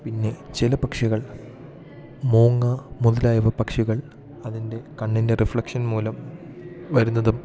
പിന്നെ ചില പക്ഷികൾ മൂങ്ങ മുതലായവ പക്ഷികൾ അതിൻ്റെ കണ്ണിൻ്റെ റിഫ്ലക്ഷൻ മൂലം വരുന്നതും